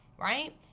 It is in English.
right